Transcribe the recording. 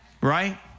right